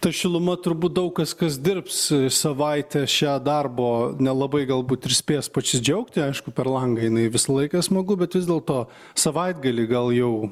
ta šiluma turbūt daug kas kas dirbs savaitę šią darbo nelabai galbūt ir spės pasidžiaugti aišku per langą jinai visą laiką smagu bet vis dėlto savaitgalį gal jau